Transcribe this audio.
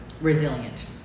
resilient